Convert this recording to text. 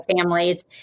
families